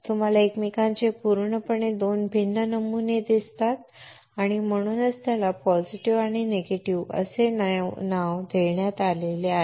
तुम्हाला एकमेकांचे पूर्णपणे दोन भिन्न नमुने दिसतात आणि म्हणूनच त्याला पॉझिटिव्ह आणि निगेटिव्ह असे नाव देण्यात आले आहे